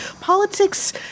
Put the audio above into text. politics